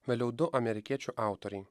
vėliau du amerikiečių autoriai